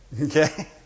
Okay